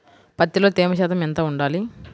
పత్తిలో తేమ శాతం ఎంత ఉండాలి?